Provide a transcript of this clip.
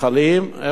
איפה מיכאל,